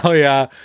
yeah.